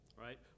right